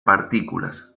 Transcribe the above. partículas